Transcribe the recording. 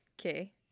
Okay